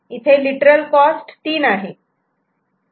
इथे literal cost 3 आहे